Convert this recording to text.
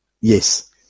Yes